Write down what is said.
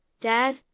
Dad